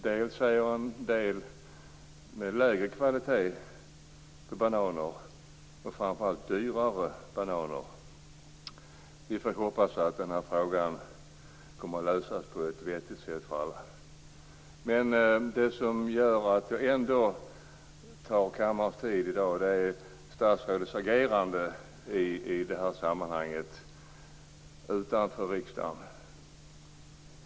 Det har blivit lägre kvalitet på bananerna, men framför allt har de blivit dyrare. Vi får hoppas att den här frågan kommer att lösas på ett för alla vettigt sätt. Det som gör att jag ändå tar upp kammarens tid i dag är statsrådets agerande utanför riksdagen i det här sammanhanget.